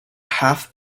half